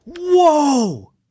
Whoa